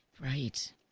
Right